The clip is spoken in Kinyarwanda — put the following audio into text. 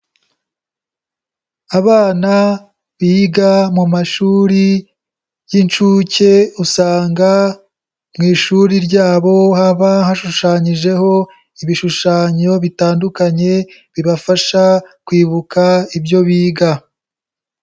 Abana biga mu mashuri y'inshuke usanga mu ishuri ryabo haba hashushanyijeho ibishushanyo bitandukanye bibafasha kwibuka ibyo biga.